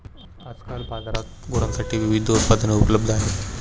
आजकाल बाजारात गुरांसाठी विविध उत्पादने उपलब्ध आहेत